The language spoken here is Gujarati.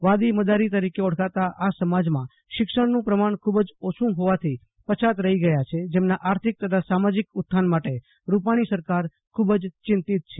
વાદી મદારી તરીકે ઓળખાતા આ સમાજમાં શિક્ષણનું પ્રમાણ ખુબ જ ઓછું હોવાથી પછાત રહી ગયા છે જેમને આર્થિક તથા સામાજીક ઉત્યાન માટે રૂપાણી સરકાર ખુબ જ ચિંતીત છે